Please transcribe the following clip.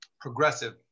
progressive